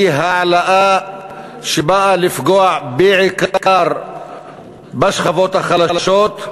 העלאה שבאה לפגוע בעיקר בשכבות החלשות,